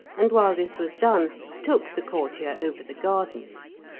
and while this was done took the courtier over the gardens.